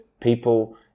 people